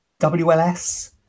WLS